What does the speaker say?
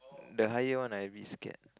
the higher one I a bit scared